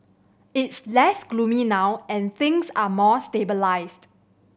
it's less gloomy now and things are more stabilised